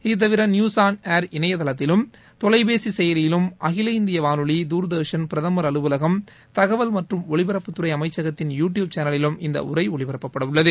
இதுதவிர news on air இணையதளத்திலும் தொலைபேசி செயலிலும் அகில இந்திய வானொலி துர்தர்ஷன் பிரதமர் அலுவலகம் தகவல் மற்றும் ஒலிபரப்புத்துறை அமைச்சகத்தின் யூ டியுப் சேனலிலும் இந்த உளர ஒலிபரப்பப்படவுள்ளது